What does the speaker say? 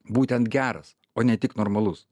būtent geras o ne tik normalus